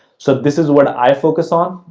so, this is what i focus on,